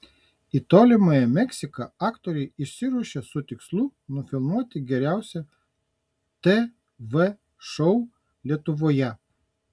į tolimąją meksiką aktoriai išsiruošė su tikslu nufilmuoti geriausią tv šou lietuvoje